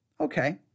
Okay